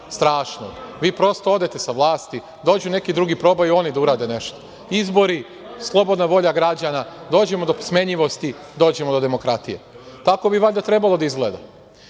strašnog. Vi prosto odete sa vlasti, dođu neki drugi, probaju oni da urade nešto. Izbori, slobodna volja građana, dođemo do smenjivosti, dođemo do demokratije. Tako bi valjda trebalo da izgleda. Sada